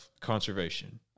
conservation